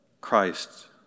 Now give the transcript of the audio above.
Christ